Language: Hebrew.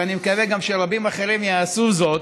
ואני מקווה שגם רבים אחרים יעשו זאת.